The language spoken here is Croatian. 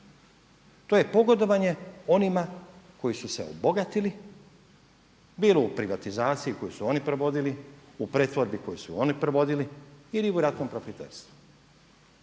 To je pogodovanje onima koji su se obogatili bilo u privatizaciji koju su oni provodili, u pretvorbi koju su oni provodili ili u ratnom profiterstvu.